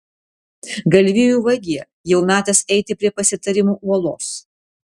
galvijų vagie jau metas eiti prie pasitarimų uolos